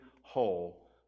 whole